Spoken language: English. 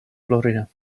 florida